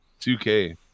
2k